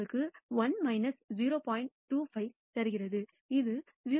25 தருகிறது இது 0